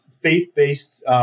faith-based